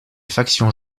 factions